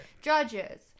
judges